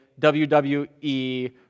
WWE